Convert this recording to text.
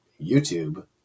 YouTube